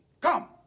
Come